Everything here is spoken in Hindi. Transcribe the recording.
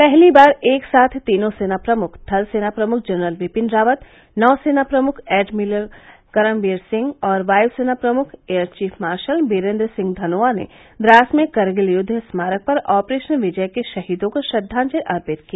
पहली बार एकसाथ तीनों सेना प्रमुख थलसेना प्रमुख जनरल विपिन रावत नौसेना प्रमुख एडमिरल करमबीर सिंह और वायुसेना प्रमुख air chief marshal Birender Singh Dhanoa ने द्रास में करगिल युद्व स्मारक पर ऑपरेशन विजय के शहीदों को श्रद्वांजलि अर्पित की